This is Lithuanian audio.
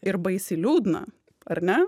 ir baisiai liūdna ar ne